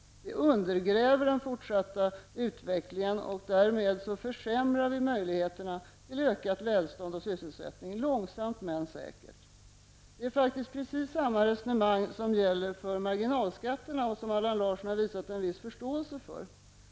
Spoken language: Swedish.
Det undergräver den fortsatta utvecklingen, och därmed försämrar vi långsamt med säkert möjligheterna till ökat välstånd och sysselsättning. Det är faktiskt precis samma resonemang som gäller för marginalskatterna. Det har Allan Larsson visat en viss förståelse för.